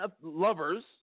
lovers